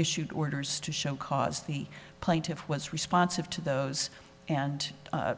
issued orders to show cause the plaintiff was responsive to those and